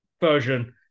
version